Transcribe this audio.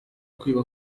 kwiba